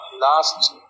last